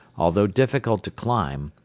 although difficult to climb,